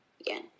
again